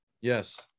Yes